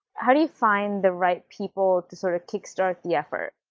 how do you find the right people to sort of kick-start the effort?